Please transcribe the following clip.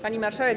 Pani Marszałek!